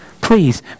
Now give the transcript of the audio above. Please